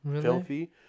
filthy